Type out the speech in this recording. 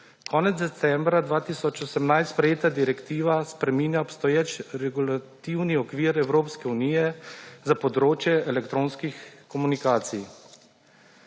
Konec decembra 2018 sprejeta direktiva spreminja obstoječ regulativni okvir Evropske unije za področje elektronskih komunikacij.